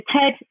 ted